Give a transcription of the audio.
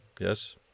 yes